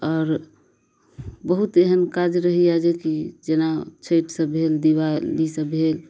आओर बहुत एहन काज रहैया जेकि जेना छठि सब भेल दिवाली सब भेल